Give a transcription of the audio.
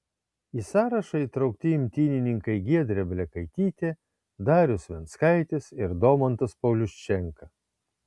į sąrašą įtraukti imtynininkai giedrė blekaitytė darius venckaitis ir domantas pauliuščenka